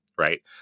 Right